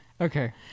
okay